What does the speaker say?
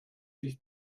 sich